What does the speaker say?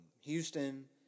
Houston